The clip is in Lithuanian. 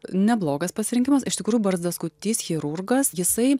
neblogas pasirinkimas iš tikrųjų barzdaskutys chirurgas jisai